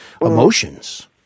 emotions